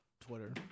Twitter